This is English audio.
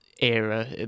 era